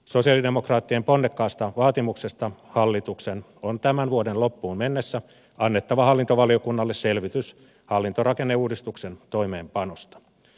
sosialidemokraattien ponnekkaasta vaatimuksesta hallituksen on tämän vuoden loppuun mennessä annettava hallintovaliokunnalle selvitys hallintorakenneuudistuksen toimeenpanosta